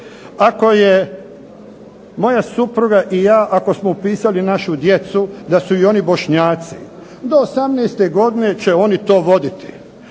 Ako je moja supruga i ja, ako smo upisali našu djecu da su i oni Bošnjaci, do 18. godine će oni to voditi,